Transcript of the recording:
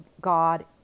God